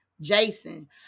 Jason